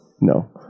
no